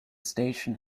station